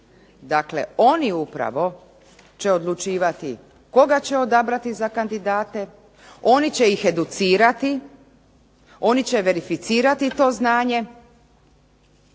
Dakle, oni upravo će odlučivati koga će odabrati za kandidate, oni će ih educirati, oni će verificirate to znanje,